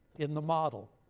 in the model.